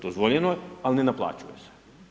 Dozvoljeno je, ali ne naplaćuje se.